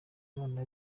abana